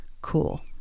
Cool